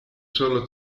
solo